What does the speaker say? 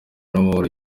n’amahoro